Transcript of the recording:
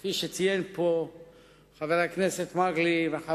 כפי שציינו פה חבר הכנסת מגלי והבה,